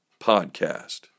podcast